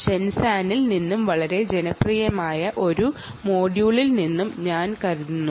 ഷെൻസാനിൽ നിന്നും വളരെ ജനപ്രിയമായ ഒരു മൊഡ്യൂളായി ഞാൻ ഇതിനെ കാണുന്നു